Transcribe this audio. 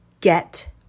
get